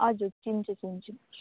हजुर चिन्छु चिन्छु